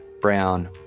brown